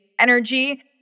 energy